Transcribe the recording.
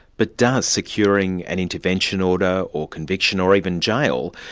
but does securing an intervention order or conviction, or even jail,